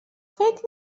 فکر